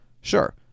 Sure